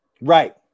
right